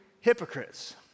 hypocrites